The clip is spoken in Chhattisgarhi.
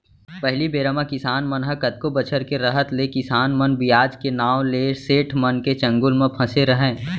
पहिली बेरा म किसान मन ह कतको बछर के रहत ले किसान मन बियाज के नांव ले सेठ मन के चंगुल म फँसे रहयँ